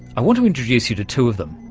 i want to introduce you to two of them.